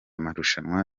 marushanwa